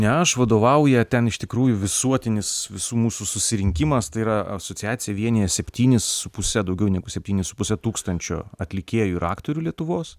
ne aš vadovauja ten iš tikrųjų visuotinis visų mūsų susirinkimas tai yra asociacija vienija septynis su puse daugiau negu septynis su puse tūkstančio atlikėjų ir aktorių lietuvos